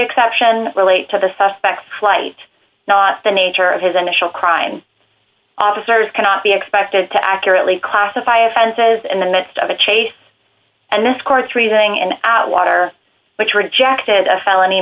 exception relate to the suspect flight not the nature of his initial crime officers cannot be expected to accurately classify offenses in the midst of a chase and this court's reasoning and out water which rejected a felony